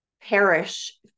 perish